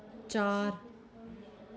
चार